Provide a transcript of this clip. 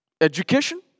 Education